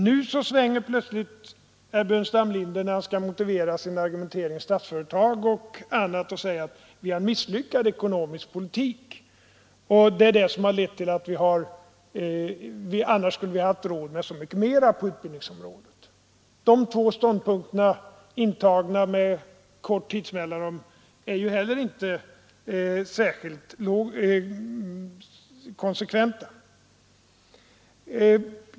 Men när herr Burenstam Linder nu skulle motivera sin argumentering rörande Statsföretag och annan företagsamhet svängde han plötsligt och sade att vi har fört en misslyckad ekonomisk politik; i annat fall skulle vi haft råd med mycket mera på utbildningsområdet. De två ståndpunkterna, intagna med kort tidsmellanrum, är inte heller särskilt konsekventa.